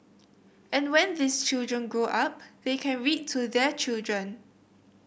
and when these children grow up they can read to their children